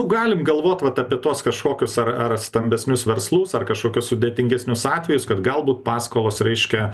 galim galvot vat apie tuos kažkokius ar ar stambesnius verslus ar kažkokius sudėtingesnius atvejus kad galbūt paskolos reiškia